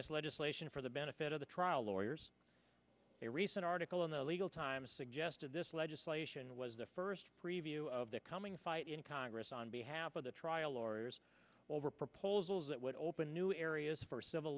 this legislation for the benefit of the trial lawyers a recent article in the legal times suggested this legislation was the first preview of the coming fight in congress on behalf of the trial lawyers over proposals that would open new areas for civil